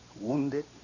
Wounded